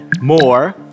more